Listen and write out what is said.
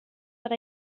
but